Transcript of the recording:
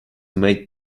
made